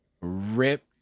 Rip